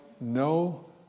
no